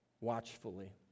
watchfully